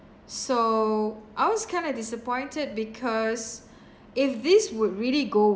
so I was kind of disappointed because if this would really go